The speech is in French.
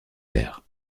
pairs